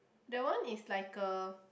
that one is like a